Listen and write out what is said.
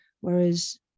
whereas